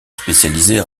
spécialisée